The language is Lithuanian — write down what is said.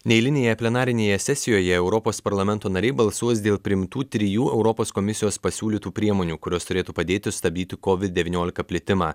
neeilinėje plenarinėje sesijoje europos parlamento nariai balsuos dėl priimtų trijų europos komisijos pasiūlytų priemonių kurios turėtų padėti stabdyti kovid devyniolika plitimą